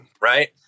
Right